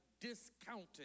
discounted